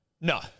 No